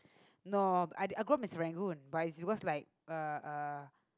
no I I grow in Serangoon but if you go like a a